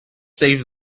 save